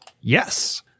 Yes